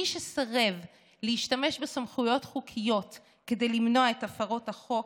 מי שסירב להשתמש בסמכויות חוקיות כדי למנוע את הפרות החוק,